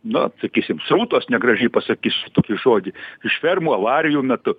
nu sakysim srutos negražiai pasakysiu tokį žodį iš fermų avarijų metu